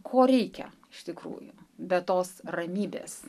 ko reikia iš tikrųjų be tos ramybės